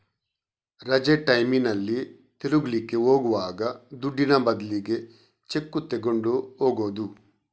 ರಜೆ ಟೈಮಿನಲ್ಲಿ ತಿರುಗ್ಲಿಕ್ಕೆ ಹೋಗುವಾಗ ದುಡ್ಡಿನ ಬದ್ಲಿಗೆ ಚೆಕ್ಕು ತಗೊಂಡು ಹೋಗುದು